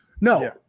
No